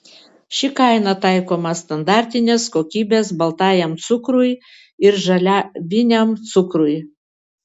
ši kaina taikoma standartinės kokybės baltajam cukrui ir žaliaviniam cukrui